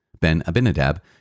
Ben-Abinadab